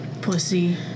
pussy